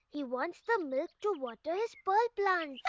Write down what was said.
he wants the milk to water his pearl plants.